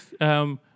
Yes